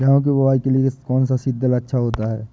गेहूँ की बुवाई के लिए कौन सा सीद्रिल अच्छा होता है?